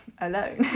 alone